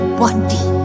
body